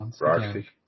Roxy